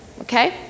okay